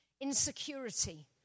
insecurity